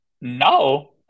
No